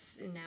now